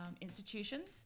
institutions